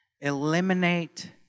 Eliminate